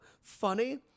funny